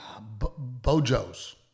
bojo's